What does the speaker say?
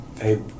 hey